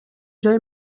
жай